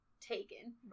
taken